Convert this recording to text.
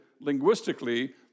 linguistically